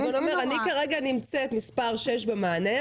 נניח שאני כרגע נמצאת מספר שש במענה,